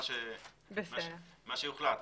מה שיוחלט.